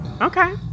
Okay